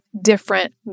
different